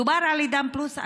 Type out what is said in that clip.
מדובר על עידן פלוס,